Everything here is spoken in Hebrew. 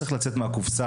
צריך לצאת מהקופסא,